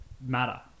matter